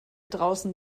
draußen